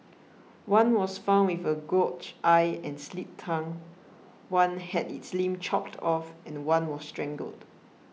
one was found with a gouged eye and slit tongue one had its limbs chopped off and one was strangled